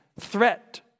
threat